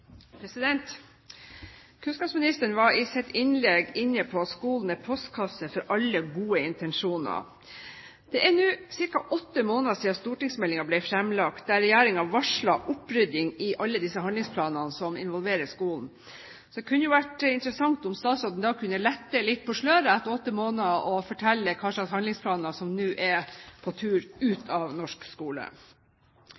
Kunnskapsministeren var i sitt innlegg inne på skole med postkasser for alle gode intensjoner. Det er nå ca. åtte måneder siden stortingsmeldingen ble fremlagt, der regjeringen varslet opprydning i alle disse handlingsplanene som involverer skolen. Det kunne jo vært interessant om statsråden kunne lette litt på sløret – etter åtte måneder – og fortelle hva slags handlingsplaner som nå er på tur